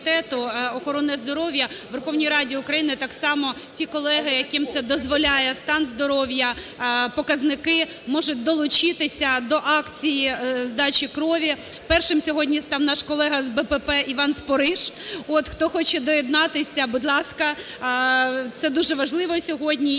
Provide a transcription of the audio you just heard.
охорони здоров'я у Верховній Раді України так само ті колеги, яким це дозволяє стан здоров'я, показники, можуть долучитися до акції здачі крові. Першим сьогодні став наш колега з БПП Іван Спориш. Хто хоче доєднатися – будь ласка. Це дуже важливо сьогодні.